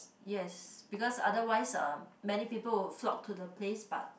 yes because otherwise many people will flock to the place but